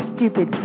Stupid